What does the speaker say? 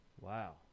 Wow